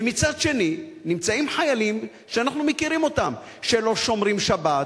ובצד שני נמצאים חיילים שאנחנו מכירים אותם: שלא שומרים שבת,